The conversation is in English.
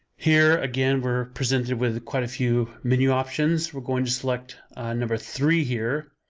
here again we're presented with quite a few menu options, we're going to select number three here,